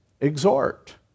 exhort